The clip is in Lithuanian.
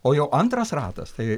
o jau antras ratas tai